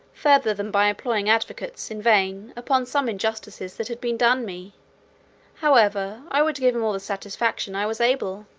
further than by employing advocates, in vain, upon some injustices that had been done me however, i would give him all the satisfaction i was able.